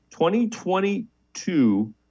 2022